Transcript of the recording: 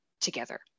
together